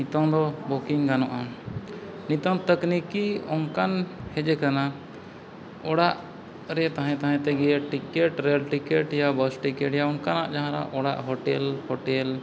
ᱱᱤᱛᱳᱜ ᱫᱚ ᱵᱩᱠᱤᱝ ᱜᱟᱱᱚᱜᱼᱟ ᱱᱤᱛᱳᱜ ᱛᱟᱹᱠᱱᱤᱠᱤ ᱚᱱᱠᱟᱱ ᱦᱮᱡ ᱟᱠᱟᱱᱟ ᱚᱲᱟᱜ ᱨᱮ ᱛᱟᱦᱮᱸ ᱛᱟᱦᱮᱸ ᱛᱮᱜᱮ ᱴᱤᱠᱮᱴ ᱨᱮᱹᱞ ᱴᱤᱠᱮᱴ ᱭᱟ ᱵᱟᱥ ᱴᱤᱠᱮᱴ ᱭᱟ ᱚᱱᱠᱟᱱᱟᱜ ᱡᱟᱦᱟᱱᱟᱜ ᱚᱲᱟᱜ ᱦᱳᱴᱮᱞ ᱦᱳᱴᱮᱞ